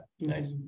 Nice